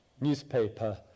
newspaper